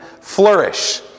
flourish